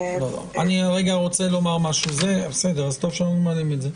אני רוצה לומר משהו בסדר, טוב שאתם מעלים את זה.